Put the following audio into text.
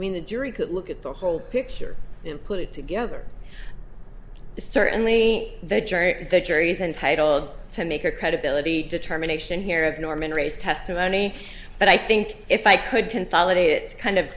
i mean the jury could look at the whole picture and put it together certainly the jury if the jury is intitled to make a credibility determination here of norman ray's testimony but i think if i could consolidate it kind of